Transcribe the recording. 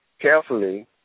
carefully